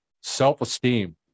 self-esteem